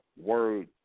word